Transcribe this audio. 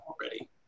already